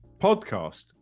podcast